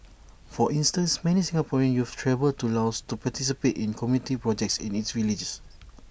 for instance many Singaporean youths travel to Laos to participate in community projects in its villages